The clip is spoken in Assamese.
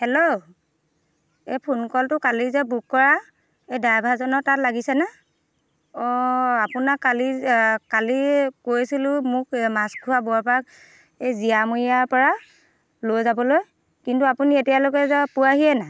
হেল্ল' এই ফোনকলটো কালি যে বুক কৰা এই ড্ৰাইভাৰজনৰ তাত লাগিছেনে অঁ আপোনাক কালি কালি কৈছিলোঁ মোক মাছখোৱাৰ বৰপাক এই জীয়ামূৰীয়াৰ পৰা লৈ যাবলৈ কিন্তু আপুনি এতিয়ালৈকে যে পোৱাহিয়ে নাই